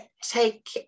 take